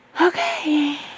okay